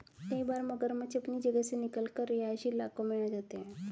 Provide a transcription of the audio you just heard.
कई बार मगरमच्छ अपनी जगह से निकलकर रिहायशी इलाकों में आ जाते हैं